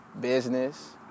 business